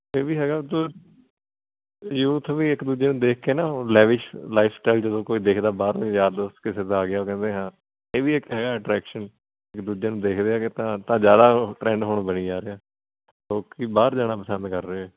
ਇਹ ਵੀ ਹੈਗਾ ਅਤੁਲ ਯੂਥ ਵੀ ਇੱਕ ਦੂਜੇ ਨੂੰ ਦੇਖ ਕੇ ਨਾ ਹੁਣ ਲੈਵਿਸ਼ ਲਾਈਫ ਸਟਾਈਲ ਜਦੋਂ ਕੋਈ ਦੇਖਦਾ ਬਾਹਰ ਦੇ ਯਾਰ ਦੋਸਤ ਕਿਸੇ ਦਾ ਆ ਗਿਆ ਉਹ ਕਹਿੰਦੇ ਹਾਂ ਇਹ ਵੀ ਇੱਕ ਹੈ ਅਟ੍ਰੈਕਸ਼ਨ ਦੂਜੇ ਨੂੰ ਦੇਖਦੇ ਹੈਗੇ ਤਾਂ ਜਿਆਦਾ ਟਰੈਂਡ ਹੁਣ ਬਣੀ ਜਾ ਰਿਹਾ ਲੋਕੀਂ ਬਾਹਰ ਜਾਣਾ ਪਸੰਦ ਕਰ ਰਹੇ ਐ